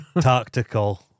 tactical